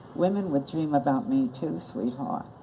women would dream about me too sweetheart.